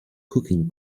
cooking